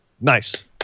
Nice